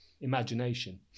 imagination